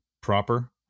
proper